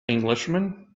englishman